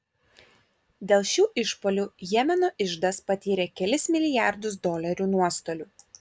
dėl šių išpuolių jemeno iždas patyrė kelis milijardus dolerių nuostolių